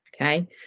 Okay